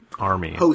army